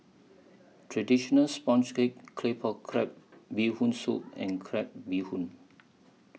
Traditional Sponges Cake Claypot Crab Bee Hoon Soup and Crab Bee Hoon